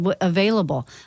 available